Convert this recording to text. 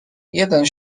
jeden